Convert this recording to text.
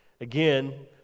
Again